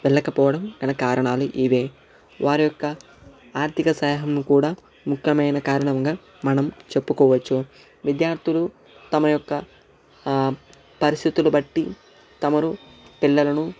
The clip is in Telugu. వెళ్ళకపోవడం గల కారణాలు ఇవే వారి యొక్క ఆర్ధిక సహాయం కూడా ముఖ్యమైన కారణంగా మనం చెప్పుకోవచ్చు విద్యార్థులు తమ యొక్క పరిస్థితులు బట్టి తమరు పిల్లలను